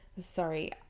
sorry